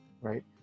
right